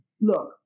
look